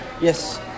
Yes